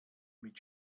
mit